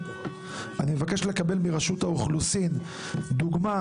אני מבקש לקבל מרשות האוכלוסין דוגמה